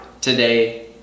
today